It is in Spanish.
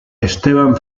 esteban